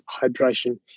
hydration